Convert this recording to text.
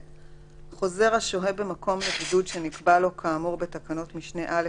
(ב)חוזר השוהה במקום לבידוד שנקבע לו כאמור בתקנות משנה (א),